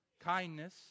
kindness